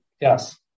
Yes